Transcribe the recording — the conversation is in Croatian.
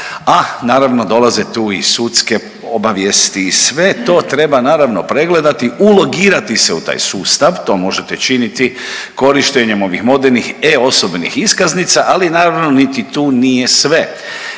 a naravno dolaze tu i sudske obavijesti i sve to treba naravno pregledati, ulogirati se u taj sustav. To možete činiti korištenjem ovih modernih e-osobnih iskaznica, ali naravno niti tu nije sve.